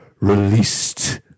released